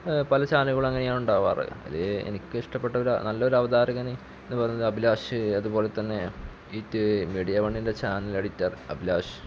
പല ചാനലുകളും അങ്ങനെയാണ് ഉണ്ടാവാറ് അതില് എനിക്കിഷ്ടപ്പെട്ട ഒരു നല്ലൊരവതാരകന് എന്നു പറയുന്നത് അഭിലാഷ് അതുപോലെ തന്നെ ഇത് മീഡിയ വണ്ണിൻ്റെ ചാനൽ എഡിറ്റർ അഭിലാഷ്